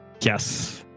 Yes